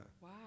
Wow